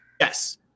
Yes